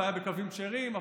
אפליה בקווים כשרים,